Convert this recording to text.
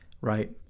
right